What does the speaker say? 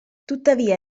tuttavia